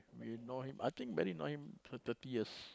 we ignore him I think ver~ ignore him for thirty years